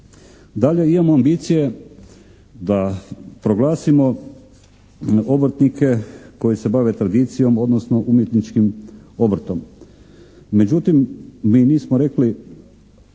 Dalje imamo ambicije da proglasimo obrtnike koji se bave tradicijom, odnosno umjetničkim obrtom. Međutim, mi nismo rekli